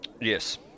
Yes